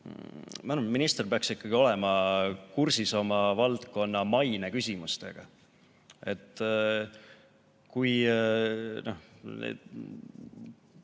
minister peaks ikkagi olema kursis oma valdkonna maine küsimustega. Kui